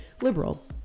liberal